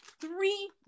Three